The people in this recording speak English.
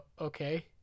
okay